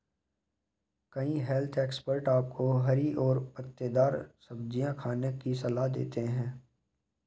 कई health expert आपको हरी और पत्तेदार सब्जियां खाने की सलाह देते हैं